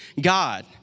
God